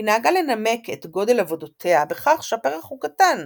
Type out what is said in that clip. היא נהגה לנמק את גודל עבודותיה בכך שהפרח הוא קטן,